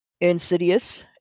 insidious